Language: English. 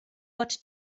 but